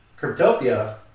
Cryptopia